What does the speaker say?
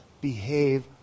behave